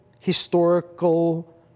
historical